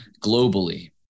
globally